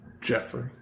Jeffrey